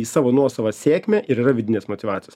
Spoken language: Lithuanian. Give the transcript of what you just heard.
į savo nuosavą sėkmę ir yra vidinės motyvacijos